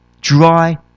dry